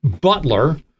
butler